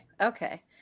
okay